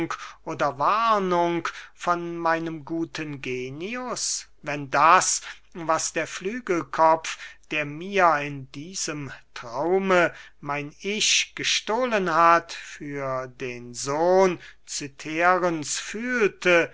oder warnung von meinem guten genius wenn das was der flügelkopf der mir in diesem traume mein ich gestohlen hat für den sohn cytherens fühlte